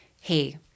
hey